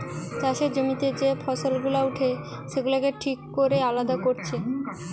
চাষের জমিতে যে ফসল গুলা উঠে সেগুলাকে ঠিক কোরে আলাদা কোরছে